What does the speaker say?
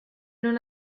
non